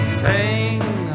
sing